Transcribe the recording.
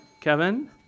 Kevin